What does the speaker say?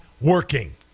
working